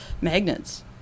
magnets